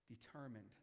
determined